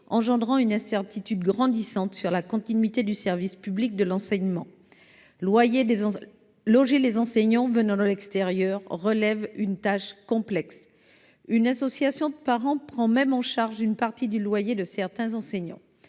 provoquant une incertitude grandissante sur la continuité du service public de l'enseignement. Loger les enseignants venant de l'extérieur se révèle une tâche complexe. Une association de parents d'élèves prend même en charge une partie du loyer de certains enseignants.